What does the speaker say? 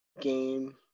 game